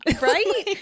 Right